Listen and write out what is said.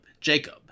Jacob